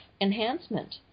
enhancement